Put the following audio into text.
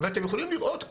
ואתם יכולים לראות,